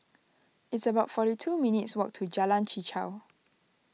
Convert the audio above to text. it's about forty two minutes' walk to Jalan Chichau